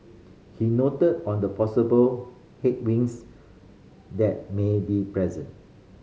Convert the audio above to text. he noted on the possible headwinds that may be present